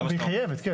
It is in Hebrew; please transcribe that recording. כן.